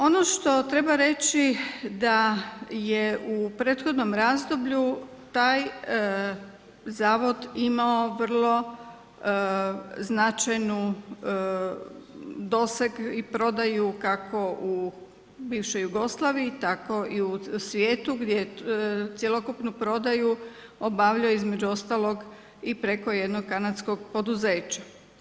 Ono što treba reći da je u prethodnom razdoblju taj zavod imao vrlo značajnu doseg i prodaju, kako u bivšoj Jugoslaviji, tako i u svijetu gdje je cjelokupnu prodaju obavljao, između ostalog i preko jednog Kanadskog poduzeća.